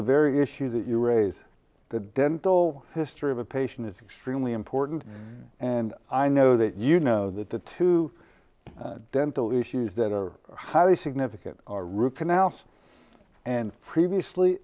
the very issue that you raise the dental history of a patient is extremely important and i know that you know that the two dental issues that are highly significant are root canals and previously